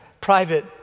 private